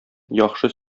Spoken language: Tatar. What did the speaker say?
яхшы